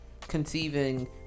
conceiving